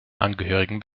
angehörigen